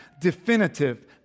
definitive